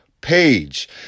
page